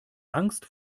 angst